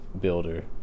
builder